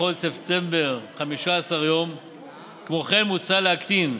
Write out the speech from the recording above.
בשיעור של 1.94% נוספים.